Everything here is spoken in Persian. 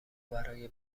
برای